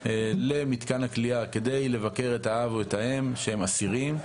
מגיעים למתקן הכליאה כדי לבקר את האב או את האם שהם אסירים.